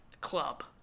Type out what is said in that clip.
club